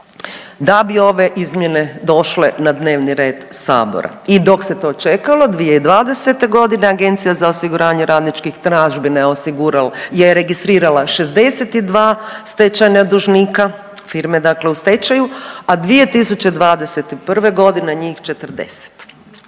da bi ove izmjene došle na dnevni red sabora i dok se to čekalo 2020.g. Agencija za osiguranje radničkih tražbina je registrirala 62 stečajna dužnika, firme u stečaju, a 2021.g. njih 40. Da se